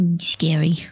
scary